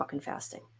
fasting